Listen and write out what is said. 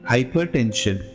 Hypertension